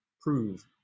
prove